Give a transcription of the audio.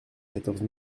quatorze